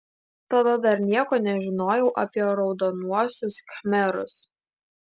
tada dar nieko nežinojau apie raudonuosius khmerus